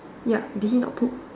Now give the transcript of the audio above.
yup did he not poop